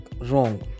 Wrong